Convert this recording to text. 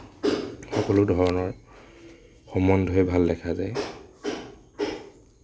সকলো ধৰণৰ সম্বন্ধই ভাল দেখা যায়